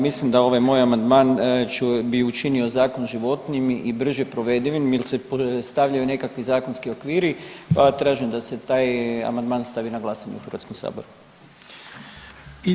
Mislim da ovaj amandman bi učinio Zakon životnijim i brže provedivim jer se stavljaju nekakvi zakonski okviri pa tražim da se taj amandman stavi na glasanje u HS.